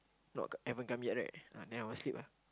not haven't come yet right ah then I'll sleep ah